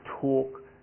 talk